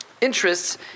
interests